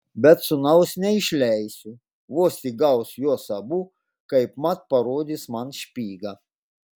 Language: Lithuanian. bet sūnaus neišleisiu vos tik gaus juos abu kaipmat parodys man špygą